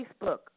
Facebook